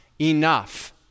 enough